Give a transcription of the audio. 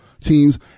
teams